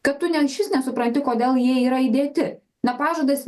kad tu net išvis nesupranti kodėl jie yra įdėti na pažadas